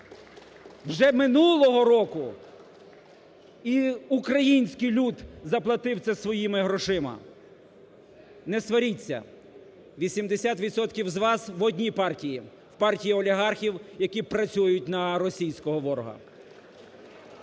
вже минулого року, і український люд заплатив це своїми грошима. Не сваріться, 80 відсотків з вас в одній партії, в партії олігархів, які працюють на російського ворога.